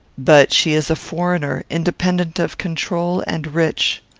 but she is a foreigner independent of control, and rich.